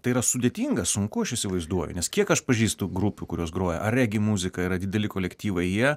tai yra sudėtinga sunku aš įsivaizduoju nes kiek aš pažįstu grupių kurios groja ar regi muziką yra dideli kolektyvai jie